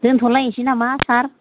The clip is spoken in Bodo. दोनथ' लायसै नामा सार